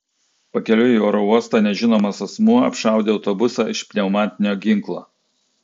pakeliui į oro uostą nežinomas asmuo apšaudė autobusą iš pneumatinio ginklo